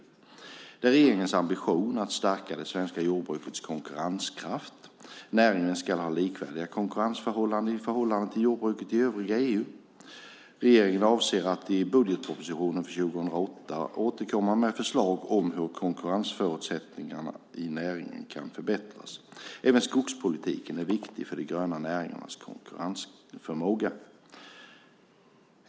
Det är regeringens ambition att stärka det svenska jordbrukets konkurrenskraft. Näringen ska ha likvärdiga konkurrensförhållanden i förhållande till jordbruket i övriga EU. Regeringen avser att i budgetpropositionen för 2008 återkomma med förslag om hur konkurrensförutsättningarna i näringen kan förbättras. Även skogspolitiken är viktig för de gröna näringarnas konkurrensförmåga.